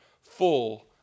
full